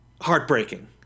heartbreaking